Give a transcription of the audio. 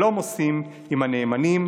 שלום עושים עם הנאמנים.